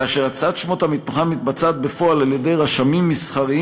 הקצאת שמות המתחם מתבצעת בפועל על-ידי רשמים מסחריים,